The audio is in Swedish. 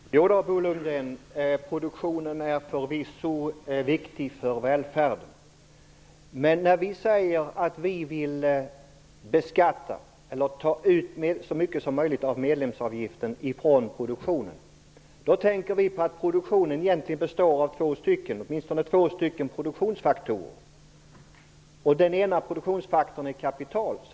Herr talman! Jodå, Bo Lundgren, produktionen är förvisso viktig för välfärden. Men när vi säger att vi vill ta ut så mycket som möjligt av medlemsavgiften från produktionen, då menar vi att produktionen består av åtminstone två produktionsfaktorer. Den ena produktionsfaktorn är kapital.